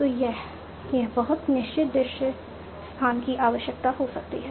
तो यह यह बहुत निश्चित दृश्य स्थान की आवश्यकता हो सकती है